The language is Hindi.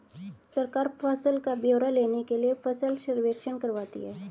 सरकार फसल का ब्यौरा लेने के लिए फसल सर्वेक्षण करवाती है